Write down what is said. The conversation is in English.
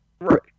right